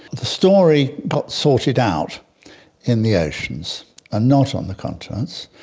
the story got sorted out in the oceans and not on the continents,